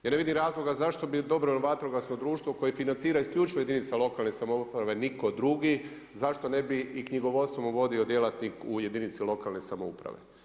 Ja ne vidim razloga zašto bi dobrovoljno vatrogasno društvo koje financira isključivo jedinica lokalne samouprave nitko drugi, zašto ne bi i knjigovodstvo mu vodio djelatnik u jedinici lokalne samouprave.